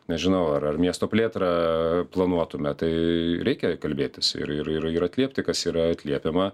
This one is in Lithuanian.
nežinau ar ar miesto plėtrą planuotume tai reikia kalbėtis ir ir ir atliepti kas yra atliepiama